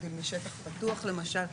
להבדיל משטח פתוח למשל,